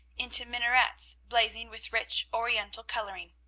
into minarets, blazing with rich oriental coloring.